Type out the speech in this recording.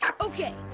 Okay